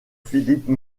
philippe